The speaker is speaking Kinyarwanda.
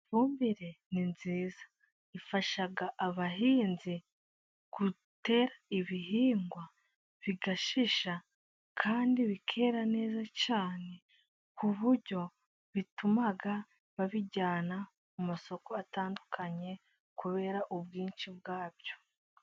Ifumbire ni nziza, ifasha abahinzi gutera ibihingwa bigashisha kandi bikera neza cyane, ku buryo bituma babijyana mu masoko atandukanye, kubera ubwinshi bwabyo.